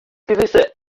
gewisse